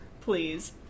please